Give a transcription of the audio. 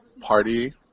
party